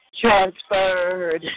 Transferred